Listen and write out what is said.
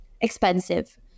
expensive